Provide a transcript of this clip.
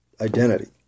identity